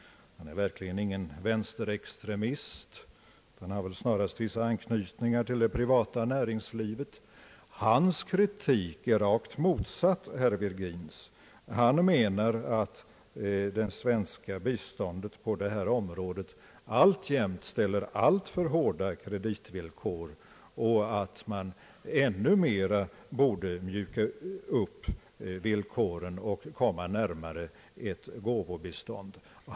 Han är verkligen ingen vänsterextremist utan har väl snarast vissa anknytningar till det privata näringslivet. Hans kritik är rakt motsatt herr Virgins. Han menar att vi för det svenska biståndet på detta område alltjämt ställer alltför hårda kreditvillkor och att vi än mer borde mjuka upp villkoren och komma närmare ett gåvobistånd.